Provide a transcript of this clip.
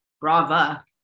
brava